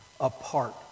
apart